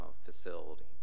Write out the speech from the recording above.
facility